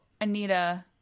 Anita